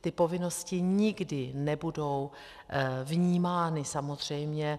Ty povinnosti nikdy nebudou vnímány samozřejmě...